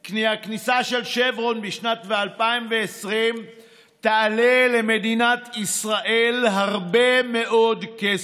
כי הכניסה של שברון בשנת 2020 תעלה למדינת ישראל הרבה מאוד כסף.